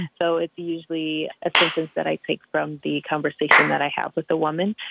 so it's usually a sentence that i take from the conversation that i have with the woman.